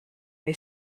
may